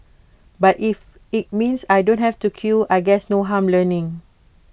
but if IT means I don't have to queue I guess no harm learning